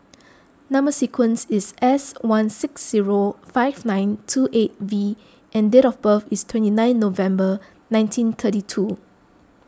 Number Sequence is S one six zero five nine two eight V and date of birth is twenty nine November nineteen thirty two